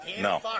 No